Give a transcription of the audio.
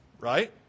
right